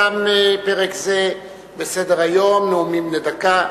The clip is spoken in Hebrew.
תם פרק זה בסדר-היום, נאומים בני דקה.